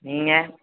நீங்கள்